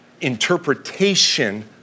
interpretation